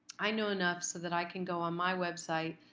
i know enough so that i can go on my website,